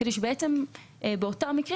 כדי שבאותם מקרים